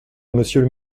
monsieur